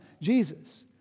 Jesus